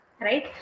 right